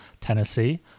Tennessee